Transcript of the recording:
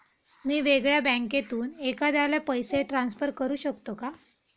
मी वेगळ्या बँकेतून एखाद्याला पैसे ट्रान्सफर करू शकतो का?